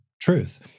Truth